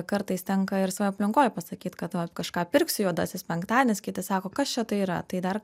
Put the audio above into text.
kartais tenka ir savo aplinkoj pasakyt kad va kažką pirksiu juodasis penktadienis kiti sako kas čia tai yra tai dar